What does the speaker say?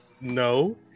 no